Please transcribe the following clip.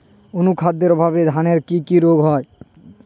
অনুখাদ্যের অভাবে ধানের কি কি রোগ হয়?